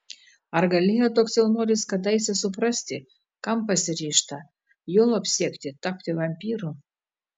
ar galėjo toks jaunuolis kadaise suprasti kam pasiryžta juolab siekti tapti vampyru